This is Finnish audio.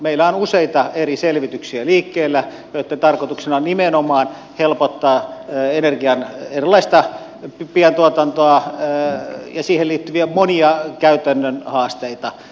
meillä on liikkeellä useita eri selvityksiä joitten tarkoituksena on nimenomaan helpottaa energian erilaista pientuotantoa ja siihen liittyviä monia käytännön haasteita